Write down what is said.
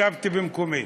ישבתי במקומי.